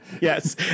Yes